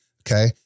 okay